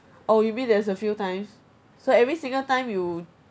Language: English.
oh you mean there's a few times so every single time you